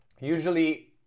usually